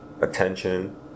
attention